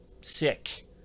sick